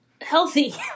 healthy